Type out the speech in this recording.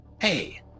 Hey